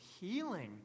healing